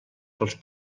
pels